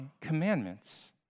commandments